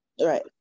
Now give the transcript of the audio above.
right